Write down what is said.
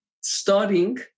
studying